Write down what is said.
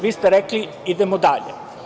Vi ste rekli – idemo dalje.